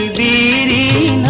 dd